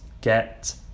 get